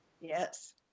Yes